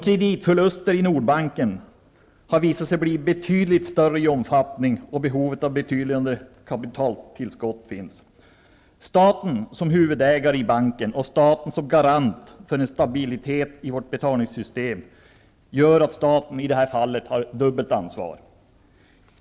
Kreditförlusterna i Nordbanken har visat sig vara av en en sådan omfattning att behovet av ett betydande kapitaltillskott finns. Staten som huvudägare i banken och staten som garant för stabilitet i vårt betalningssystem gör att staten i detta fall har ett dubbelt ansvar.